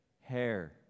hair